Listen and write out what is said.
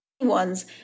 one's